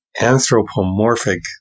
anthropomorphic